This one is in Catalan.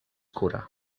cura